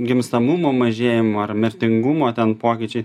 gimstamumo mažėjimu ar mirtingumo ten pokyčiai